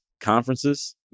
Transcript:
conferences